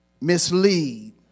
mislead